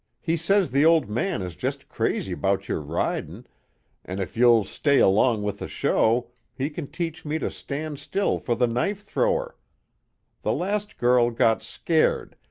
he says the old man is just crazy bout your ridin, an' if you'll stay along with the show he can teach me to stand still for the knife-thrower the last girl got scared,